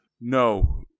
No